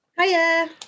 Hiya